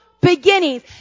beginnings